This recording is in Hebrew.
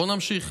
נמשיך.